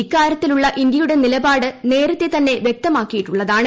ഇക്കാര്യത്തിലുള്ള ഇന്ത്യയുടെ നിലപാട് നേരത്തെ തന്നെ വ്യക്തമാക്കിയിട്ടുള്ളതാണ്